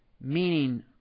meaning